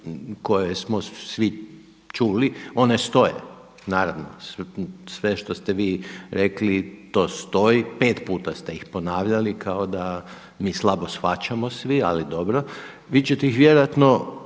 koje smo svi čuli. One stoje naravno. Sve što ste vi rekli to stoji, pet puta ste ih ponavljali kao da mi slabo shvaćamo svi. Ali dobro, vi ćete ih vjerojatno